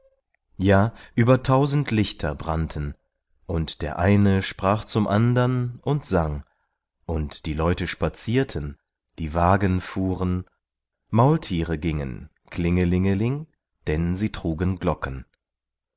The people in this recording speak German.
ja über tausend lichter brannten und der eine sprach zum andern und sang und die leute spazierten die wagen fuhren maultiere gingen klingelingeling denn sie trugen glocken